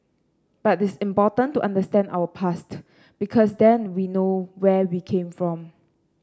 but it is important to understand our past because then we know where we came from